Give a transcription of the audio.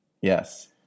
Yes